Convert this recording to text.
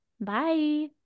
Bye